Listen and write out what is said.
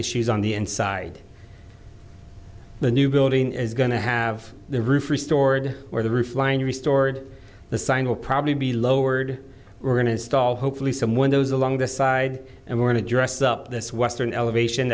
issues on the inside the new building is going to have the roof restored or the roof line restored the sign will probably be lowered we're going to install hopefully some windows along the side and we're going to dress up this western elevation